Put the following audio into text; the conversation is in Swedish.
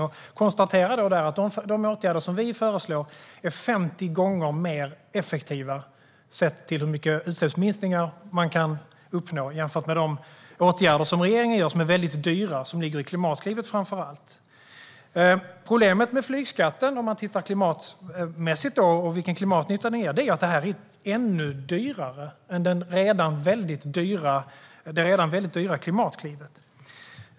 Jag konstaterar att de åtgärder som vi föreslår är 50 gånger mer effektiva sett till de utsläppsminskningar som kan uppnås jämfört med de åtgärder som regeringen vidtar som är dyra, framför allt i Klimatklivet. Problemet med flygskatten klimatmässigt och vilken nytta skatten gör är att den är ännu dyrare än det redan dyra Klimatklivet.